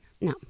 No